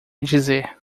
dizer